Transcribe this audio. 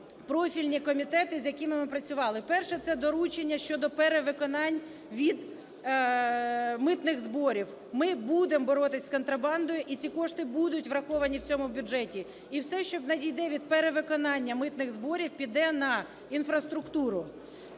профільні комітети, з якими ми працювали. Перше – це доручення щодо перевиконань від митних зборів. Ми будемо боротися з контрабандою і ці кошти будуть враховані в цьому бюджеті. І все, що надійде від перевиконання митних зборів, піде на інфраструктуру.